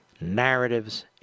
narratives